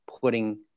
putting